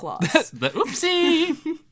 oopsie